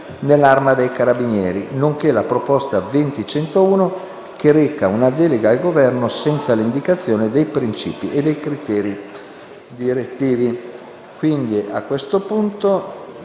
nell’Arma dei carabinieri), nonché la proposta 20.101, che reca una delega al Governo senza l’indicazione dei principi e dei criteri direttivi.